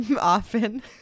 often